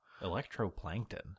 Electroplankton